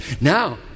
Now